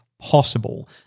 possible